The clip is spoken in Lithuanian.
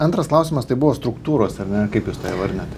antras klausimas tai buvo struktūros ar ne kaip jūs tą įvardinat